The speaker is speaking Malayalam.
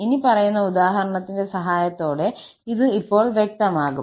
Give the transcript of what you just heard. ഇനിപ്പറയുന്ന ഉദാഹരണത്തിന്റെ സഹായത്തോടെ ഇത് ഇപ്പോൾ വ്യക്തമാകും